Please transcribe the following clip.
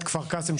כפר קאסם,